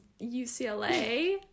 UCLA